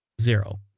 Zero